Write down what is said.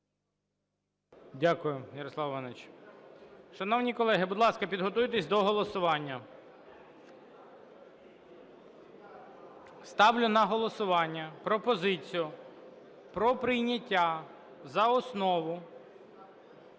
Дякую, Ярослав Іванович. Шановні колеги, будь ласка, підготуйтесь до голосування. Ставлю на голосування пропозицію про прийняття за основу